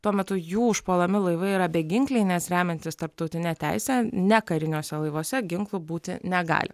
tuo metu jų užpuolami laivai yra beginkliai nes remiantis tarptautine teise ne kariniuose laivuose ginklų būti negali